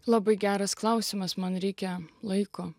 labai geras klausimas man reikia laiko